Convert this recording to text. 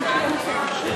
מי שרוצה